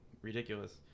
ridiculous